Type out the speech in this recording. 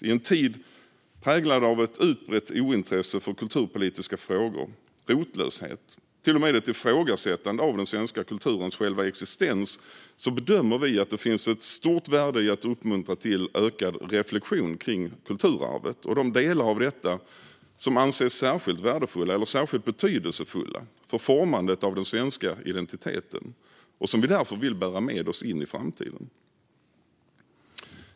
I en tid präglad av ett utbrett ointresse för kulturpolitiska frågor och rotlöshet - till och med ett ifrågasättande av den svenska kulturens själva existens - bedömer vi att det finns ett stort värde i att uppmuntra till ökad reflektion kring kulturarvet och de delar av detta som anses särskilt värdefulla eller särskilt betydelsefulla för formandet av den svenska identiteten och som vi därför vill bära med oss in i framtiden.